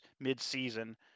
mid-season